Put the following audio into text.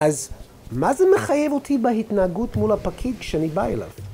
אז מה זה מחייב אותי בהתנהגות מול הפקיד כשאני בא אליו?